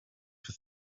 for